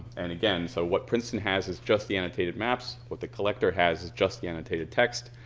and, again, so what princeton has is just the annotated maps, what the collector has is just the annotated text.